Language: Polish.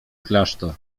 klasztor